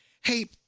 Hey